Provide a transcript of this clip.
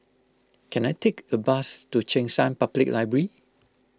can I take a bus to Cheng San Public Library